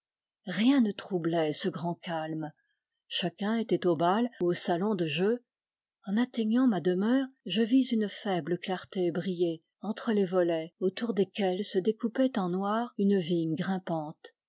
rien ne troublait ce grand calme chacun était au bal ou au salon de jeu en atteignant ma demeure je vis une faible clarté briller entre les volets autour desquels se découpait en noir une vigne grimpante